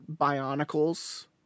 Bionicles